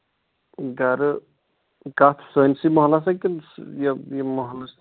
گرٕ کَتھ سٲنۍسٕے محلَس کِنہٕ یہِ یہِ محلَس